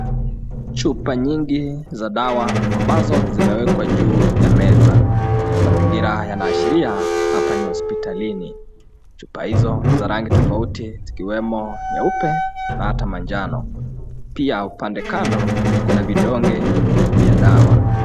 Chupa nyingi za dawa ambazo zimewekwa juu ya meza, mazingira haya yanaashiria hapa ni hospitalini. Chupa hizo ni za rangi tofauti zikiwemo nyeupe na hata manjano, pia upande kando kuna vidonge vya dawa.